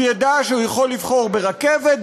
ידע שהוא יכול לבחור ברכבת,